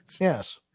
Yes